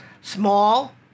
Small